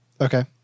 Okay